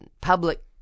public